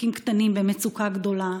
עסקים קטנים במצוקה גדולה,